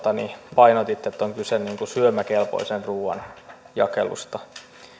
painotit että on kyse syömäkelpoisen ruuan jakelusta